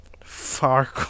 far